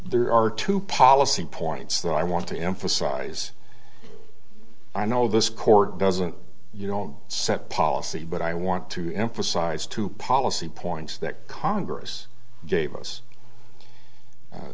there are two policy points that i want to emphasize i know this court doesn't you don't set policy but i want to emphasize two policy points that congress gave us